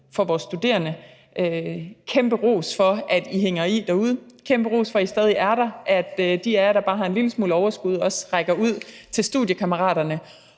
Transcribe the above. Jeg vil give kæmpe ros for, at I hænger i derude, kæmpe ros for, at I stadig er der, og at de af jer, der bare har en lille smule overskud, også rækker ud til studiekammeraterne,